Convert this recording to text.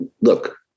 look